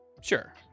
Sure